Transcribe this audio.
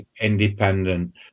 independent